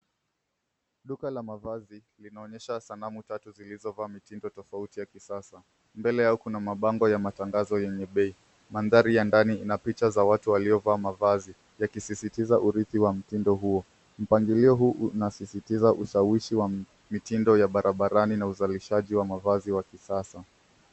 Duka la mavazi linaonyesha sanamu tatu zilizovaa mitindo tofauti ya kisasa. Mbele yao kuna mabango ya matangazo yenye bei. Mandhari ya ndani ina picha za watu waliovaa mavazi yakisisitiza urithi wa mtindo huo. Mpangilio huu unasisistiza ushawishi wa mitindo ya barabarani na uzalishaji wa mavazi wa kisasa.